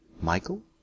Michael